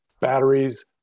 Batteries